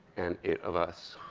and it of us.